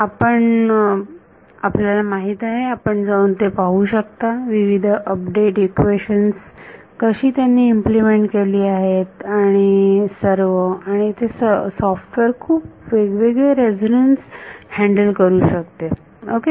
आपण पण आपल्याला माहित आहे आपण जाऊन ते पाहू शकता विविध अपडेट इक्वेशन्स कशी त्यांनी इम्प्लिमेंट केलेली आहेत आणि सर्व आणि ते सॉफ्टवेअर खूप वेगवेगळे रेझोनन्स हँडल करू शकते ओके